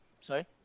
sorry